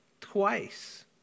Twice